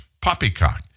poppycock